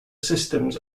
systems